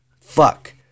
fuck